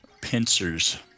Pincers